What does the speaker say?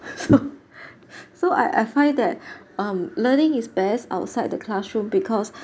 so so I I find that um learning is best outside the classroom because